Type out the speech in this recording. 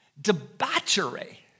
debauchery